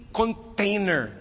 container